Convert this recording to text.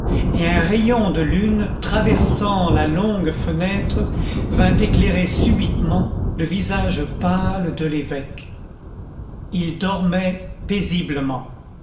et un rayon de lune traversant la longue fenêtre vint éclairer subitement le visage pâle de l'évêque il dormait paisiblement